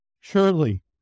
Surely